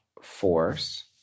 force